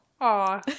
Aw